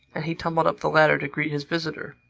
and he tumbled up the ladder to greet his visitor.